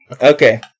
Okay